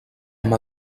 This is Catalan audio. amb